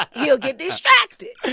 he'll get distracted,